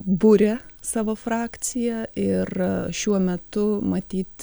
buria savo frakciją ir šiuo metu matyt